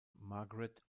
margaret